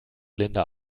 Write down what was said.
linda